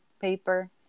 paper